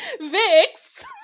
Vix